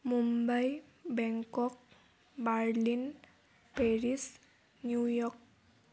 Mumbai Bangkok Berlin Paris New York